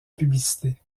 publicité